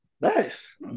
nice